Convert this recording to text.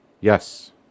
Yes